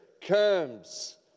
comes